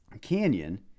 Canyon